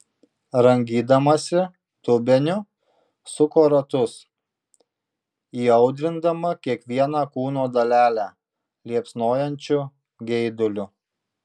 rangydamasi dubeniu suko ratus įaudrindama kiekvieną kūno dalelę liepsnojančiu geiduliu